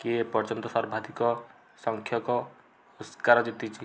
କିଏ ଏପର୍ଯ୍ୟନ୍ତ ସର୍ବାଧିକ ସଂଖ୍ୟକ ଓସ୍କାର ଜିତିଛି